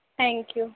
thank you